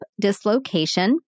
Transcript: dislocation